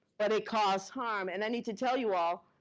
but it caused harm, and i need to tell you all,